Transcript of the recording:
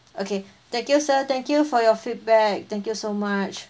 okay thank you sir thank you for your feedback thank you so much